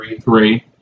three